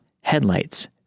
headlights